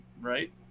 right